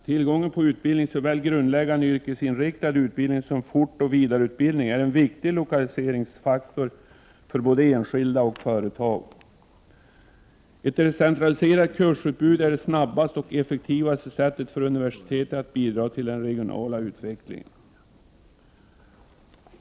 Tillgången på utbildning, såväl grundläggande yrkesinriktad utbildning som fortbildning och vidareutbildning, är en viktig lokaliseringsfaktor för både enskilda och företag. Ett decentraliserat kursutbud är det snabbaste och effektivaste sättet för universitetet att bidra till den regionala utvecklingen.